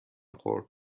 خورد